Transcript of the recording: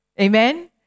Amen